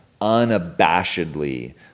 unabashedly